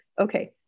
okay